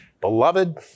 Beloved